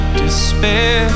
despair